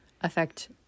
affect